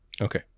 okay